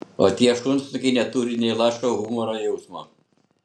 o tie šunsnukiai neturi nė lašo humoro jausmo